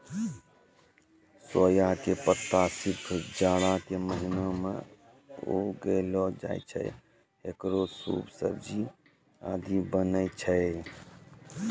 सोया के पत्ता सिर्फ जाड़ा के महीना मॅ उगैलो जाय छै, हेकरो सूप, सब्जी आदि बनै छै